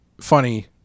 funny